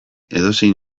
edozein